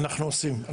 אנחנו עושים,